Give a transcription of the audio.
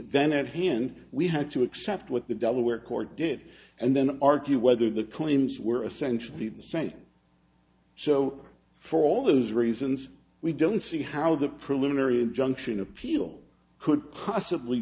then at hand we have to accept what the delaware court did and then argue whether the coins were essentially the same so for all those reasons we don't see how the preliminary injunction appeal could possibly